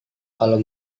kalau